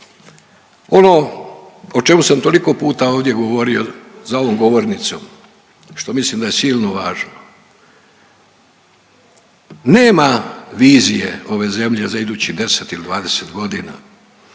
Ono o čemu sam toliko puta ovdje govorio za ovom govornicom što mislim da je silno važno nema vizije ove zemlje za idućih 10 ili 20 godina,